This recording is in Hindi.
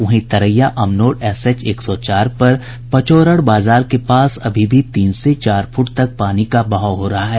वहीं तरैया अमनौर एसएच एक सौ चार पर पचौरड़ बाजार के पास अभी भी तीन से चार फुट तक पानी का बहाव हो रहा है